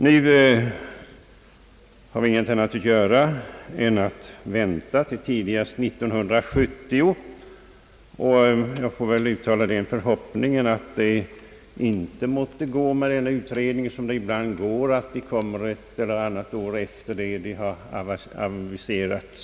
Nu har vi ingenting annat att göra än att vänta till tidigast 1970, och jag får väl uttala den förhoppningen att det inte måtte gå med denna utredning som med så många andra, nämligen att den dröjer ytterligare ett eller annat år efter det att den aviserats.